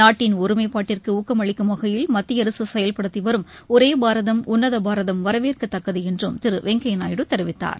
நாட்டின் ஒருமைப்பாட்டிற்கு ஊக்கமளிக்கும் வகையில் மத்திய அரசு செயல்படுத்தி வரும் ஒரே பாரதம் உன்னத பாரதம் வரவேற்கத்தக்கது என்றும் திரு வெங்கய்ய நாயுடு தெரிவித்தார்